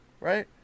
right